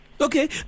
Okay